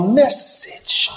message